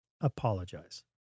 Apologize